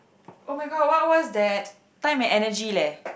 oh-my-god what what's that time and energy leh